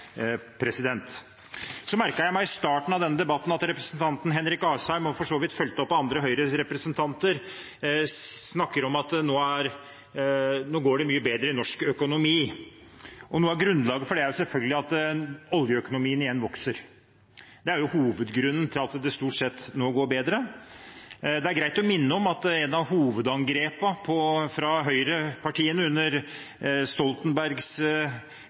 Så merket jeg meg i starten av denne debatten at representanten Henrik Asheim – og for så vidt fulgt opp av andre Høyre-representanter – snakker om at nå går det mye bedre i norsk økonomi. Noe av grunnlaget for det er selvfølgelig at oljeøkonomien igjen vokser. Det er jo hovedgrunnen til at det nå stort sett går bedre. Det er greit å minne om at et av hovedangrepene fra høyrepartiene under Stoltenbergs